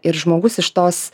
ir žmogus iš tos